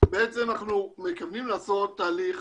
בעצם אנחנו מתכוונים לעשות תהליך